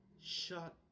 Shut